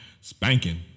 spanking